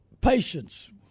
Patience